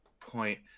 point